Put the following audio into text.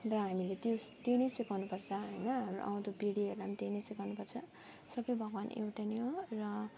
र हामीले त्यो त्यो नै सिकाउनुपर्छ होइन आउँदो पिँढीहरूलाई पनि त्यही नै सिकाउनुपर्छ सबै भगवान् एउटै नै हो र